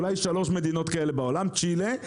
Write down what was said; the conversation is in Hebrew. אולי שלוש מדינות כאלה בעולם: צ'ילה,